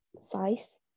size